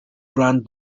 grand